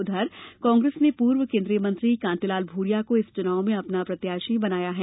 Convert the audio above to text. उधर कांग्रेस ने पूर्व केन्द्रीय मंत्री कांतिलाल भूरिया को इस चुनाव में अपना प्रत्याशी बनाया है